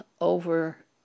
over